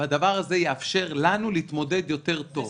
והדבר הזה יאפשר לנו להתמודד יותר טוב.